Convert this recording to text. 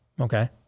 okay